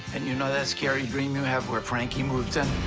and you know that scary dream you have where frankie moves in?